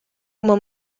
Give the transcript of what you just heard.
uma